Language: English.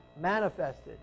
manifested